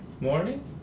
morning